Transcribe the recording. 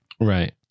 Right